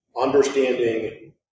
understanding